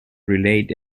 relate